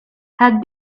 had